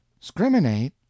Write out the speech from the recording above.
Scriminate